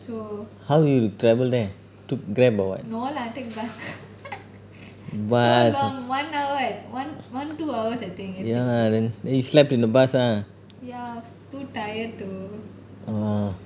how you travel there took grab or what bus ya then then you slept in the bus lah oh